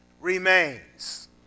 remains